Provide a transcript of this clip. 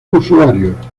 usuarios